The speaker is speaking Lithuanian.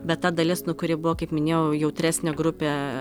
bet ta dalis nu kuri buvo kaip minėjau jautresnė grupė